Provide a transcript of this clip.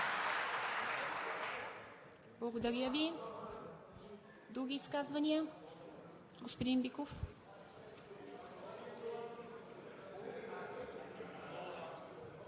Благодаря Ви. Други изказвания? Господин Биков.